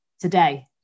today